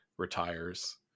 retires